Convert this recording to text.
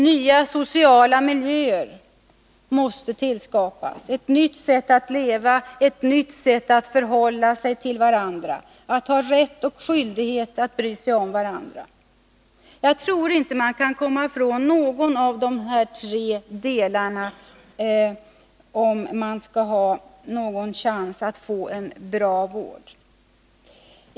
Nya sociala miljöer måste tillskapas — ett nytt sätt att leva och förhålla sig till varandra, att ha rätt och skyldighet att bry sig om varandra. Jag tror inte att man kan komma ifrån någon av dessa tre delar om man skall ha chans att få till stånd en bra vård.